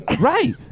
right